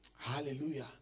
Hallelujah